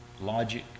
Logic